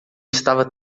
estava